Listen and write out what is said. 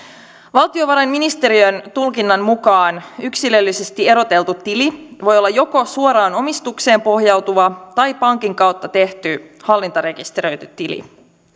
valtiovarainministeriön tulkinnan mukaan yksilöllisesti eroteltu tili voi olla joko suoraan omistukseen pohjautuva tai pankin kautta tehty hallintarekisteröity tili